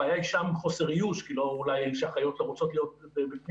הבעיה שם היא חוסר איוש אולי כי אחיות לא רוצות להיות בפנימית.